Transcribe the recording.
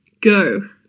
go